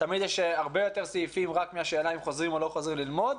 תמיד יש הרבה יותר סעיפים מהשאלה רק אם חוזרים או לא חוזרים ללמוד.